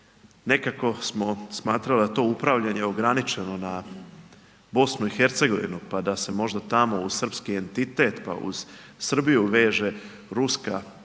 Nekako smo smatrali da to upravljanje ograničeno na BIH, pa da se možda tamo uz srpski entitet pa uz Srbinu veže ruska